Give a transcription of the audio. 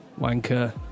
wanker